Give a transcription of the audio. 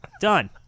Done